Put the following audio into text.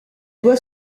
doit